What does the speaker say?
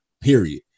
Period